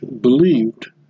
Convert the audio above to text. believed